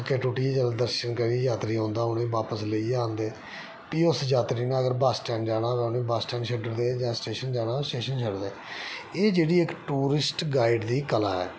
थक्के टुट्टे दे जदूं दर्शन करियै यात्री औंदा उ'नेंगी बापस लेइयै आंदे फ्ही उस्स जात्तरी नै अगर बस स्टैंड जाना होवे उसी बस स्टैंड छड्डदे जां स्टेशन जाना होवे स्टेशन छडदे एह् जेह्ड़ी एह् जेह्ड़ी इक टूरिस्ट गाइड दी कला ऐ